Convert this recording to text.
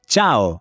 Ciao